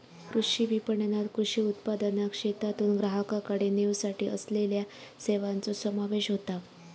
कृषी विपणणात कृषी उत्पादनाक शेतातून ग्राहकाकडे नेवसाठी असलेल्या सेवांचो समावेश होता